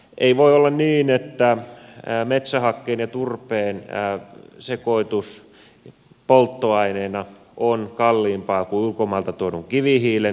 ei voi olla niin että metsähakkeen ja turpeen sekoitus polttoaineena on kalliimpaa kuin ulkomailta tuodun kivihiilen